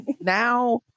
Now